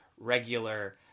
regular